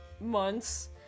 months